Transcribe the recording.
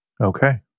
Okay